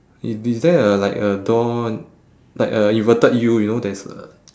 is is there a like a door like a inverted U you know there's a